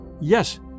yes